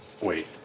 Wait